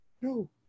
no